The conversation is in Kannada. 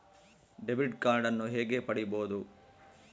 ಡೆಬಿಟ್ ಕಾರ್ಡನ್ನು ಹೇಗೆ ಪಡಿಬೋದು?